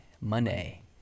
Money